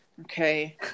okay